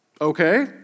Okay